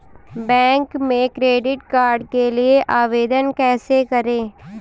Bank में credit card के लिए आवेदन कैसे करें?